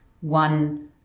one